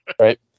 Right